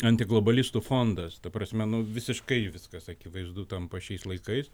antiglobalistų fondas ta prasme nu visiškai viskas akivaizdu tampa šiais laikais